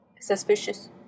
suspicious